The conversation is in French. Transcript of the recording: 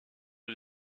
aux